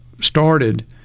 started